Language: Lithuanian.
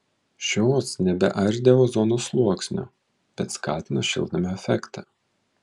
šios nebeardė ozono sluoksnio bet skatino šiltnamio efektą